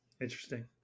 Interesting